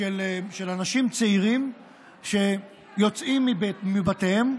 של אנשים צעירים שיוצאים מבתיהם,